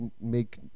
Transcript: make